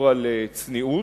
לשמור תמיד על צניעות,